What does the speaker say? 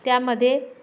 त्यामध्ये